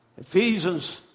Ephesians